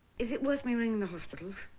is it worth me ringing the hospital?